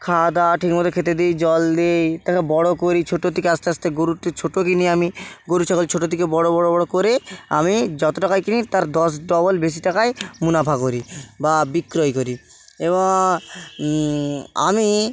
খাওয়া দাওয়া ঠিকমতো খেতে দিই জল দিই তাকে বড়ো করি ছোটো থেকে আস্তে আস্তে গরুটি ছোটো কিনি আমি গরু ছাগল ছোটো থেকে বড়ো বড়ো বড়ো করে আমি যত টাকায় কিনি তার দশ ডবল বেশি টাকায় মুনাফা করি বা বিক্রয় করি এবং আমি